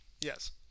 Yes